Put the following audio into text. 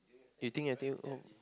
you think I think oh